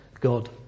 God